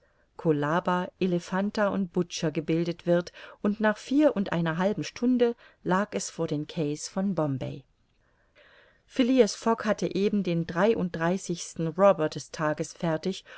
elephanta und butcher gebildet wird und nach vier und einer halben stunde lag es vor den quais von bombay phileas fogg hatte eben den dreiunddreißigsten robber des tages fertig